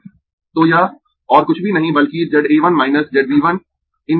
तो यह और कुछ भी नहीं बल्कि Z A 1 minus Z B 1 × I 2 hat जैसा ही है